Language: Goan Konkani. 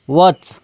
वच